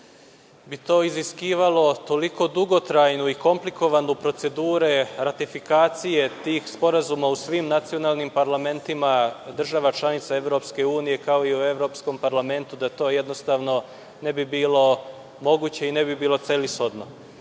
bi to iziskivalo toliko dugotrajne i komplikovane procedure i ratifikacije tih sporazuma u svim nacionalnim parlamentima država članica EU, kao u Evropskom parlamentu, da to jednostavno ne bi bilo moguće i ne bi bilo celishodno. Mislimo